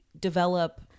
develop